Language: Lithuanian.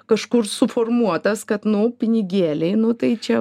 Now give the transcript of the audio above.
kažkur suformuotas kad nu pinigėliai nu tai čia